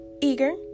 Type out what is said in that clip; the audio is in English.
eager